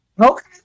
Okay